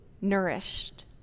nourished